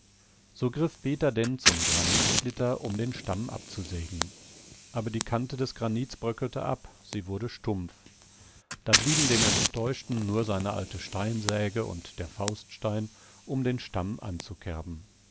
so griff peter denn zum granitsplitter um den stamm anzusägen aber die kante des granits bröckelte ab sie wurde stumpf da blieben dem enttäuschten nur seine alte steinsäge und der fauststein um den stamm